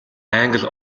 англи